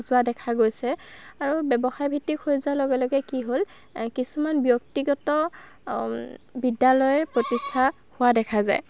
যোৱা দেখা গৈছে আৰু ব্যৱসায় ভিত্তিক হৈ যোৱাৰ লগে লগে কি হ'ল কিছুমান ব্যক্তিগত বিদ্যালয় প্ৰতিষ্ঠা হোৱা দেখা যায়